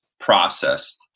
processed